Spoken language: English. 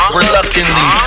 reluctantly